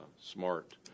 Smart